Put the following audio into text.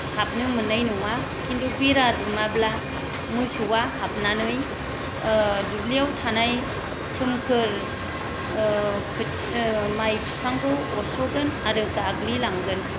हाबनो मोन्नाय नङा किन्तु बेरा दुमाब्ला मोसौआ हाबनानै दुब्लियाव थानाय सोमखोर खोथिया माय फिफांखौ अरसगोन आरो गाग्लिलांगोन